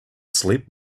sleep